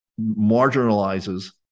marginalizes